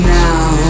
now